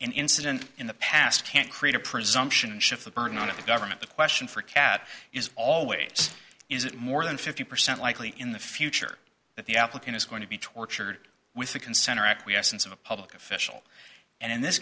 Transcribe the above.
incident in the past can't create a presumption shift the burden on the government the question for cat is always is it more than fifty percent likely in the future that the applicant is going to be tortured with the consent or acquiescence of a public official and in this